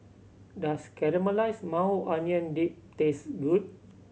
does Caramelized Maui Onion Dip taste good